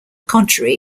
contrary